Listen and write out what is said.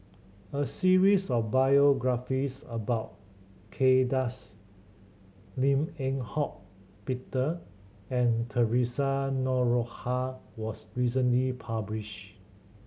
a series of biographies about Kay Das Lim Eng Hock Peter and Theresa Noronha was recently published